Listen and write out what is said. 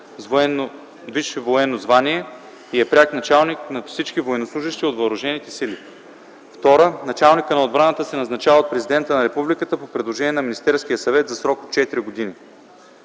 с висше военно звание и е пряк началник на всички военнослужещи от въоръжените сили. (2) Началникът на отбраната се назначава от президента на републиката по предложение на Министерския съвет за срок четири години.